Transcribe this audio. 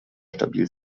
stabil